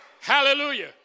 Hallelujah